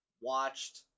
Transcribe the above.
watched